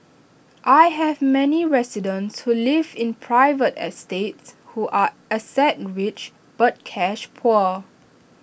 I have many residents who live in private estates who are asset rich but cash poor